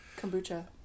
kombucha